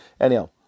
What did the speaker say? Anyhow